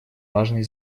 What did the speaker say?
важной